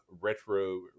Retro